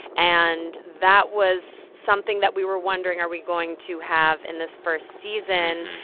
and that was something that we were wondering are we going to have in this first season.